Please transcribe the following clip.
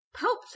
Pope